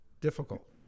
difficult